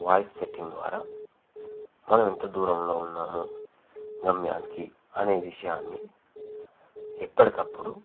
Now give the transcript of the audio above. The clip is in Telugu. వాయిస్ సెట్టింగ్ ద్వారా మనం ఎంత దూరంలో ఉన్నాము గమ్యానికి అనే విషయాన్ని ఎప్పటికప్పుడు